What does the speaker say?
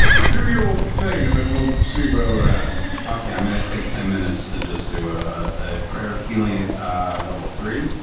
do your thing and then we'll see where we're at. taliesin okay, i'm going to take ten minutes to just do a prayer of healing at level three.